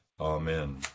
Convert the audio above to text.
Amen